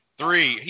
three